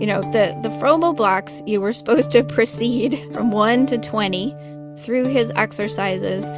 you know the the froebel blocks, you were supposed to proceed from one to twenty through his exercises,